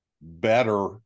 better